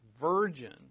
virgin